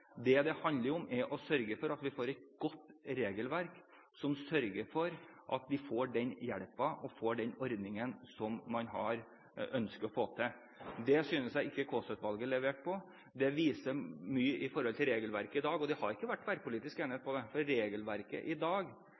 Det det handler om, er å sørge for et godt regelverk som gjør at vi får den hjelpen og den ordningen vi ønsker. Der synes jeg ikke Kaasa-utvalget leverte når det gjelder regelverket i dag. Og det har ikke vært tverrpolitisk enighet om det. Regelverket i dag